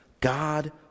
God